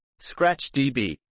ScratchDB